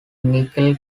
nickel